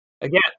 again